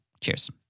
Cheers